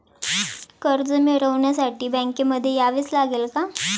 कर्ज मिळवण्यासाठी बँकेमध्ये यावेच लागेल का?